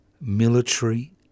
military